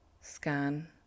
scan